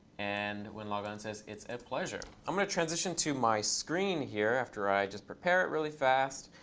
and winlogon says it's a pleasure. i'm going to transition to my screen here, after i just prepare it really fast.